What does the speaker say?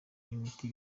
n’imiti